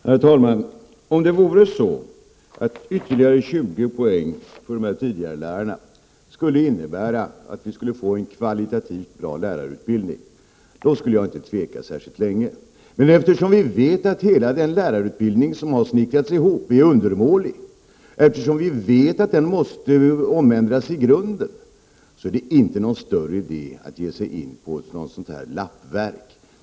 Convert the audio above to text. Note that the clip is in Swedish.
Herr talman! Om det vore så att ytterligare 20 poäng när det gäller utbildningen för tidigarelärarna skulle innebära en kvalitativt bra lärarutbildning, då skulle jag inte tveka särskilt länge. Men eftersom vi vet att hela den lärarutbildning som har snickrats ihop är undermålig, eftersom vi vet att den måste ändras i grunden, är det inte någon större idé att ge sig in på något lappverk av det här slaget.